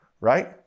right